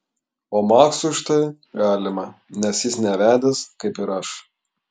o maksui štai galima nes jis nevedęs kaip ir aš